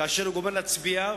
כשהוא גומר להצביע,